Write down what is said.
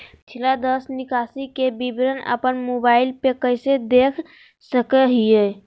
पिछला दस निकासी के विवरण अपन मोबाईल पे कैसे देख सके हियई?